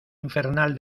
infernal